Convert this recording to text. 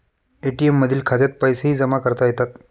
ATM मधील खात्यात पैसेही जमा करता येतात